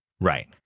right